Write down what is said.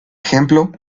ejemplo